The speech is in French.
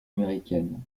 américaine